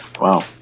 wow